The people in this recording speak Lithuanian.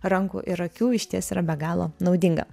rankų ir akių išties yra be galo naudinga